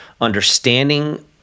understanding